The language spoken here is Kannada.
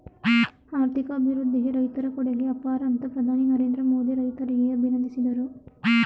ಆರ್ಥಿಕ ಅಭಿವೃದ್ಧಿಗೆ ರೈತರ ಕೊಡುಗೆ ಅಪಾರ ಅಂತ ಪ್ರಧಾನಿ ನರೇಂದ್ರ ಮೋದಿ ರೈತರಿಗೆ ಅಭಿನಂದಿಸಿದರು